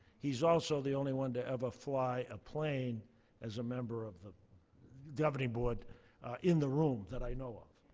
he's also the only one to ever fly a plane as a member of the governing board in the room that i know of.